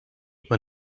when